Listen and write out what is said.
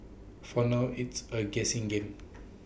for now it's A guessing game